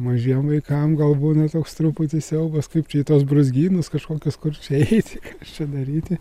mažiem vaikam gal būna toks truputį siaubas kaip čia į tuos brūzgynus kažkokias kur čia eiti čia daryti